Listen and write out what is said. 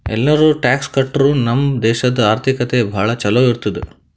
ಎಲ್ಲಾರೂ ಟ್ಯಾಕ್ಸ್ ಕಟ್ಟುರ್ ನಮ್ ದೇಶಾದು ಆರ್ಥಿಕತೆ ಭಾಳ ಛಲೋ ಇರ್ತುದ್